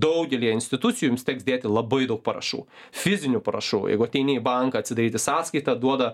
daugelyje institucijų jums teks dėti labai daug parašų fizinių parašų jeigu ateini į banką atsidaryti sąskaitą duoda